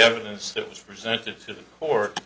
evidence that was presented to the court